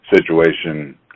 situation